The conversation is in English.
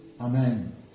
Amen